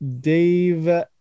Dave